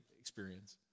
experience